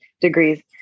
degrees